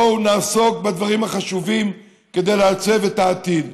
בואו נעסוק בדברים החשובים, כדי לעצב את העתיד.